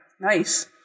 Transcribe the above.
nice